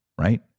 right